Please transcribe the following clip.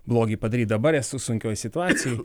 blogį padaryti dabar esu sunkioj situacijoj